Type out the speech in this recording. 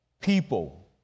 People